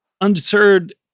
undeterred